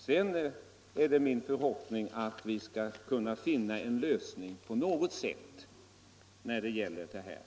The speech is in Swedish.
Det är min förhoppning att vi på något sätt skall kunna finna en lösning på det problem som vi här diskuterar.